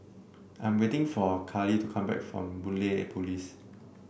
I'm waiting for Carley to come back from Boon Lay Police